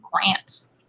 grants